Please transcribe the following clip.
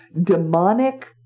demonic